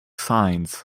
signs